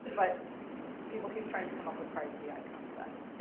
but people keep trying to come up with privacy icon sets.